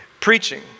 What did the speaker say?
preaching